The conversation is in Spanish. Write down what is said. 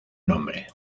nombre